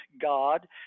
God